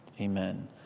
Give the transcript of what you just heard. Amen